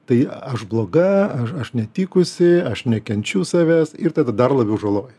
tai aš bloga aš netikusi aš nekenčiu savęs ir tad dar labiau žalojas